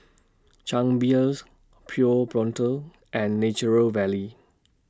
Chang Beers Pure Blonde and Natural Valley